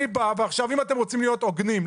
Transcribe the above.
אם אתם רוצים להיות הוגנים,